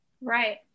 Right